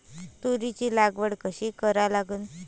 तुरीची लागवड कशी करा लागन?